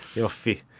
yoffi.